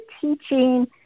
teaching